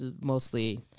Mostly